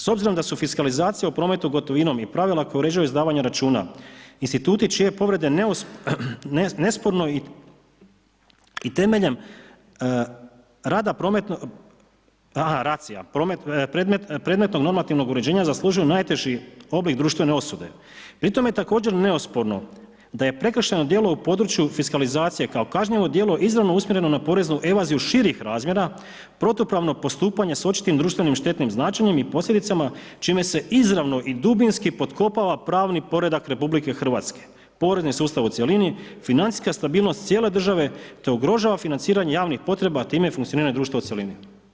S obzirom da su fiskalizacija o prometu gotovinom i pravila koja uređuju izdavanja računa instituti čije povrede nesporno i temeljem rada prometno, aha racija predmetno normativnog uređenja zaslužuju najteži oblik društvene osude, pri tome je također neosporno da je prekršajno djelo u području fiskalizacije kao kažnjivo djelo izravno usmjereno na poreznu evaziju širih razmjera protupravno postupanje s očitim društvenim štetnim značenjem i posljedicama čime se izravno i dubinski potkopava pravni poredak RH, porezni sustav u cjelini, financijska stabilnost cijele države te ugrožava financiranje javnih potreba, a time i funkcioniranje društva u cjelini.